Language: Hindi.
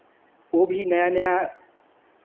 वो भी नया नया